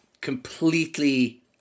completely